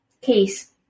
case